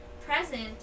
present